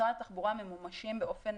במשרד התחבורה ממומשים באופן